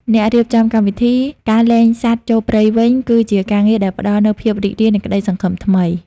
អ្នករៀបចំកម្មវិធី "ការលែងសត្វចូលព្រៃវិញ" គឺជាការងារដែលផ្តល់នូវភាពរីករាយ និងក្តីសង្ឃឹមថ្មី។